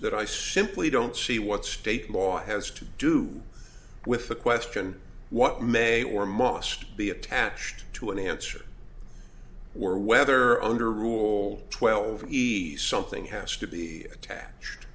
that i simply don't see what state law has to do with the question what may or must be attached to an answer or whether under rule twelve something has to be attached